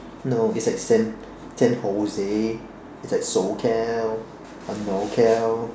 no it's like San San jose it's like socal norcal